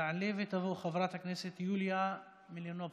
תעלה ותבוא חברת הכנסת יוליה מלינובסקי.